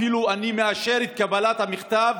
אפילו: אני מאשר את קבלת המכתב,